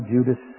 Judas